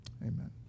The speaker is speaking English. amen